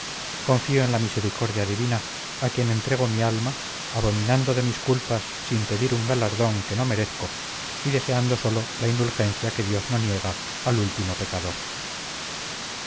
confío en la misericordia divina a quien entrego mi alma abominando de mis culpas sin pedir un galardón que no merezco y deseando sólo la indulgencia que dios no niega al último pecador